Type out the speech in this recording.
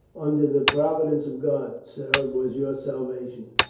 under the provi dence of god, sir, was your salvation.